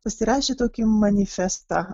pasirašė tokį manifestą